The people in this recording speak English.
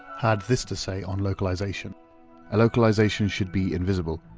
had this to say on localization a localization should be invisible.